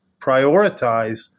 prioritize